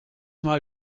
mal